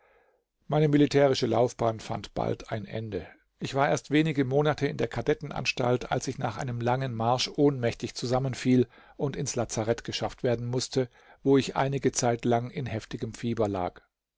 meine militärische laufbahn fand bald ein ende ich war erst wenige monate in der kadettenanstalt als ich nach einem langen marsch ohnmächtig zusammenfiel und ins lazarett geschafft werden mußte wo ich einige zeit lang in heftigem fieber lag